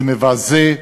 זה מבזה,